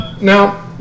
Now